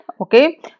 Okay